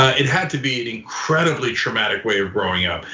it had to be an incredibly traumatic way of growing up.